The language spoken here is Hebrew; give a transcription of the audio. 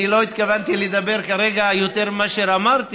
אני לא התכוונתי לדבר כרגע יותר ממה שאמרתי,